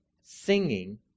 singing